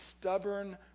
stubborn